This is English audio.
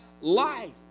life